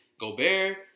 Gobert